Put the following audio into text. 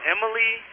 Emily